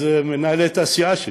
אז מנהלת הסיעה שלי,